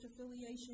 affiliation